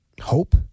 hope